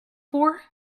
for